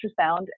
ultrasound